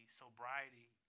sobriety